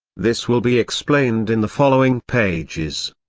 this will be explained in the following pages.